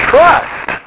Trust